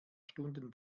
stunden